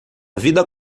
vida